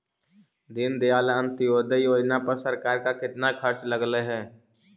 दीनदयाल अंत्योदय योजना पर सरकार का कितना खर्चा लगलई हे